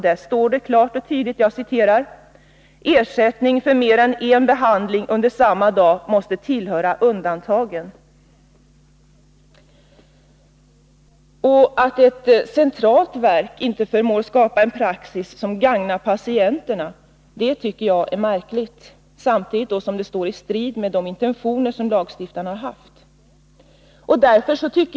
Där står det klart och tydligt: ”Ersättning för mer än en behandling under samma dag måste tillhöra undantagen.” Att ett centralt verk inte förmås skapa en praxis som gagnar patienterna tycker jag är märkligt. Det står ju i strid med lagstiftarnas intentioner.